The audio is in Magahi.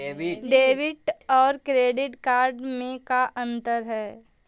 डेबिट और क्रेडिट कार्ड में का अंतर है?